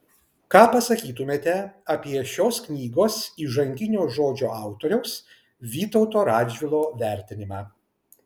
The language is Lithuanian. ką pasakytumėte apie šios knygos įžanginio žodžio autoriaus vytauto radžvilo vertinimą